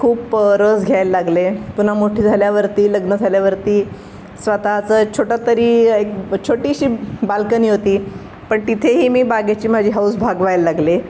खूप रस घ्यायला लागले पुन्हा मोठी झाल्यावरती लग्न झाल्यावरती स्वतःचं छोटं तरी एक छोटीशी बालकनी होती पण तिथेही मी बागेची माझी हौस भागवाय लागले